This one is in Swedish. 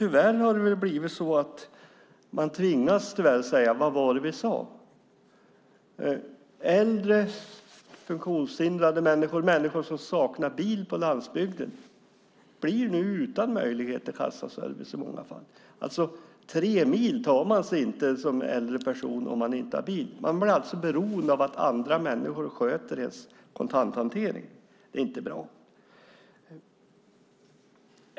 Tyvärr tvingas vi nu säga: Vad var det vi sade? Äldre och funktionshindrade och människor som saknar bil på landsbygden blir nu utan kassaservice i många fall. Tre mil kan man inte ta sig som äldre om man inte har bil. Man blir alltså beroende av att andra människor sköter ens kontanthantering. Det är inte bra.